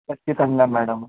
ఖచ్చితంగా మేడమ్